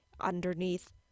underneath